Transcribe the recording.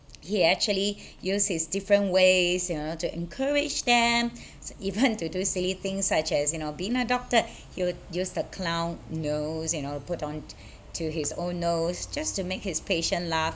he actually use his different ways you know to encourage them even to do silly things such as you know being a doctor he would use the clown nose you know put on to his own nose just to make his patient laugh